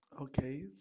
okay